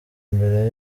mbere